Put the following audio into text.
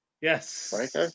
Yes